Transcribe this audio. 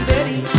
Betty